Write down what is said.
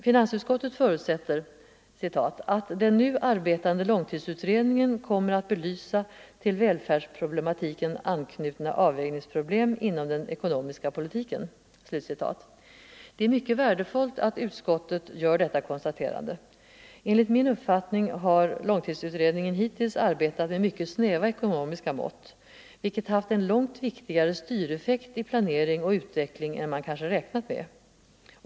Finansutskottet förutsätter ”att den nu arbetande långtidsutredningen kommer att belysa till välfärdsproblematiken anknutna avvägningsproblem inom den ekonomiska politiken”. Det är mycket värdefullt att utskottet gör detta konstaterande. Enligt min uppfattning har långtidsutredningen hittills arbetat med mycket snäva ekonomiska mått, vilket haft en långt viktigare styreffekt i planering och utveckling än man kanske räknat med.